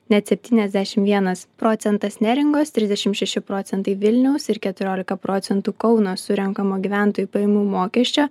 net septyniasdešimt vienas procentas neringos trisdešimt šeši procentai vilniaus ir keturiolika procentų kauno surenkamo gyventojų pajamų mokesčio